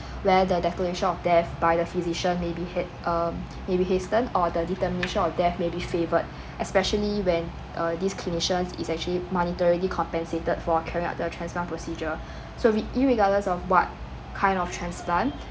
where the declaration of death by the physician maybe ha~ um maybe hastened or the determination of death maybe favored especially when uh this clinician is actually monetary compensated for carrying out the transplant procedure so re~ irregardless of what kind of transplant